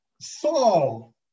Saul